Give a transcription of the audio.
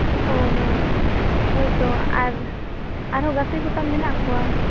ᱚ ᱦᱚᱸ ᱦᱳᱭᱛᱳ ᱟᱨ ᱟᱨᱦᱚᱸ ᱜᱟᱛᱮ ᱠᱚᱛᱟᱢ ᱢᱮᱱᱟᱜ ᱠᱚᱣᱟ